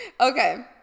Okay